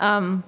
um